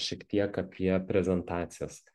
šiek tiek apie prezentacijas